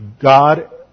God